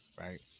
right